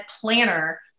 planner